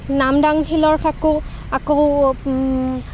নামদাং শিলৰ সাঁকো আকৌ